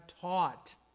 taught